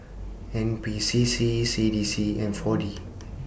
N P C C C D C and four D